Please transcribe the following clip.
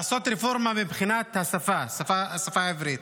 לעשות רפורמה מבחינת השפה, השפה העברית,